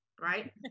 right